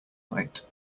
night